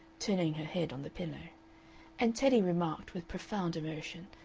turning her head on the pillow and teddy remarked with profound emotion,